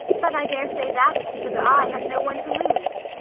but i daresay that is because i have no one to lose.